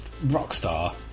Rockstar